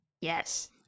yes